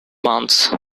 months